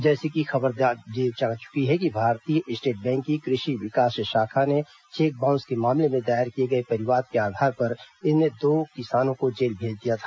जैसी कि खबर दी जा चुकी है भारतीय स्टेट बैंक की कृषि विकास शाखा ने चेक बाउंस के मामले में दायर किए गए परिवाद के आधार पर इन दोनों किसानों को जेल भेज दिया था